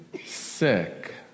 sick